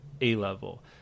A-level